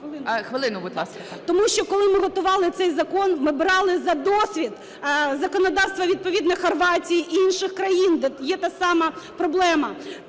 Тому що, коли ми готували цей закон, ми брали за досвід законодавство відповідно Хорватії, інших країн, де є та сама проблема.